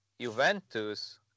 Juventus